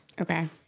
Okay